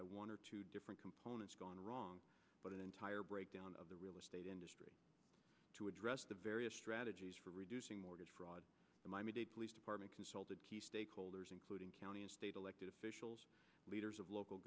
by one or two different components gone wrong but an entire breakdown of the real estate industry to address the various strategies for reducing mortgage fraud in miami dade police department consulted key stakeholders including county and state elected officials leaders of local